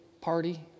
party